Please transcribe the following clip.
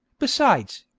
besides,